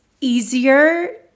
easier